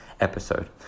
episode